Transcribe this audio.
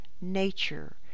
nature